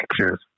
pictures